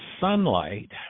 sunlight